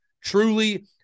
Truly